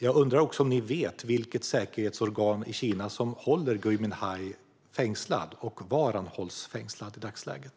Jag undrar också om ni vet vilket säkerhetsorgan i Kina som håller Gui Minhai fängslad och var han hålls fängslad i dagsläget.